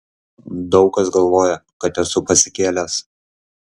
daug kas galvoja kad esu pasikėlęs